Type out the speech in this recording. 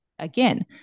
again